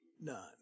none